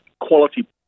quality